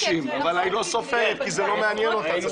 אבל היא לא סופרת, כי זה לא מעניין אותה.